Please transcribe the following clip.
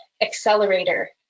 accelerator